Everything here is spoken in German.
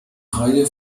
reihe